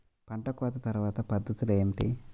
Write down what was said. పంట కోత తర్వాత పద్ధతులు ఏమిటి?